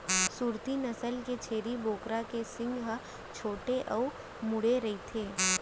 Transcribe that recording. सूरती नसल के छेरी बोकरा के सींग ह छोटे अउ मुड़े रइथे